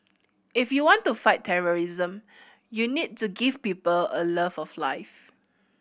if you want to fight terrorism you need to give people a love of life